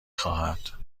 خواهد